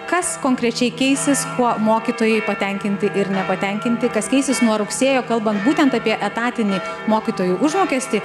kas konkrečiai keisis kuo mokytojai patenkinti ir nepatenkinti kas keisis nuo rugsėjo kalbant būtent apie etatinį mokytojų užmokestį